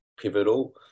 pivotal